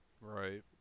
right